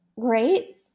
great